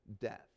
death